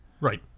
Right